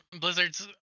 Blizzard's